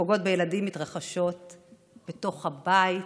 שפוגעות בילדים מתרחשות בתוך הבית.